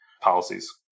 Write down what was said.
policies